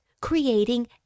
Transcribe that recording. creating